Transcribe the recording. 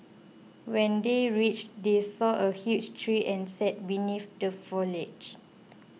when they reached they saw a huge tree and sat beneath the foliage